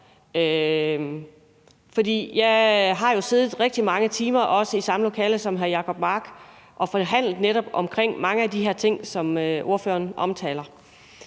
også i samme lokale som hr. Jacob Mark, og netop forhandlet om mange af de her ting, som ordføreren omtaler.